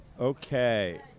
Okay